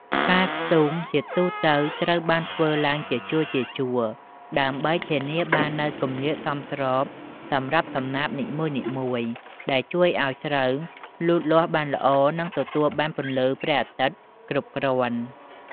ការស្ទូងជាទូទៅត្រូវបានធ្វើឡើងជាជួរៗ ដើម្បីធានាបាននូវគម្លាតសមស្របសម្រាប់សំណាបនីមួយៗ ដែលជួយឱ្យស្រូវលូតលាស់បានល្អ និងទទួលបានពន្លឺព្រះអាទិត្យគ្រប់គ្រាន់។